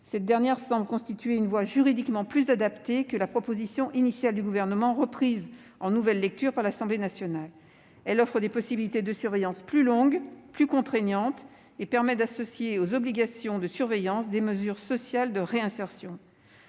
Cette dernière semble constituer une voie juridiquement plus adaptée que la proposition initiale du Gouvernement, reprise en nouvelle lecture par l'Assemblée nationale. Elle offre des possibilités de surveillance plus longue, plus contraignante et permet d'associer aux obligations de surveillance des mesures sociales de réinsertion.